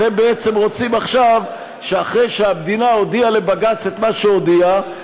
אתם בעצם רוצים עכשיו שאחרי שהמדינה הודיעה לבג"ץ את מה שהודיעה,